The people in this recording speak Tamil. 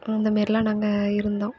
அந்த மாரில்லா நாங்கள் இருந்தோம்